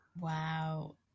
Wow